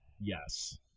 Yes